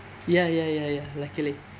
ya ya ya ya luckily